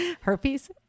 Herpes